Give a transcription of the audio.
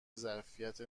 ظرفیت